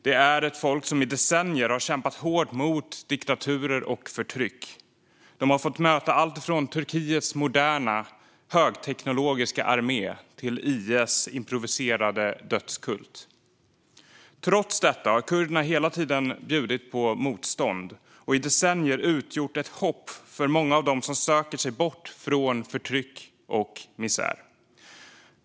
Det är ett folk som i decennier har kämpat hårt mot diktaturer och förtryck. De har fått möta alltifrån Turkiets moderna högteknologiska armé till IS improviserade dödskult. Trots detta har kurderna hela tiden bjudit på motstånd och i decennier utgjort ett hopp för många av dem som söker sig bort från förtryck och misär.